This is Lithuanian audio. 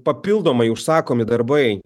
papildomai užsakomi darbai